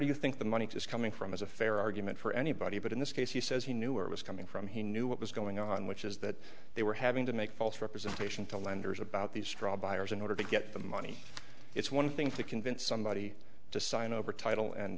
do you think the money is coming from is a fair argument for anybody but in this case he says he knew it was coming from he knew what was going on which is that they were having to make false representation to lenders about these straw buyers in order to get the money it's one thing to convince somebody to sign over title and